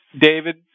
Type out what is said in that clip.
David